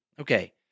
Okay